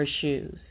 shoes